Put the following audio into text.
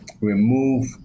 remove